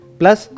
plus